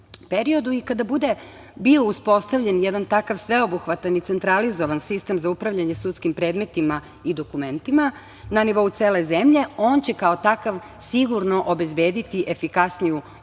periodu. Kada bude bio uspostavljen jedan takav sveobuhvatan i centralizovan sistem za upravljanje sudskim predmetima i dokumentima na nivou cele zemlje on će kao takav sigurno obezbediti efikasniju